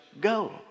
go